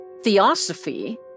theosophy